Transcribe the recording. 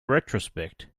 retrospect